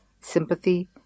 sympathy